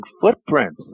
footprints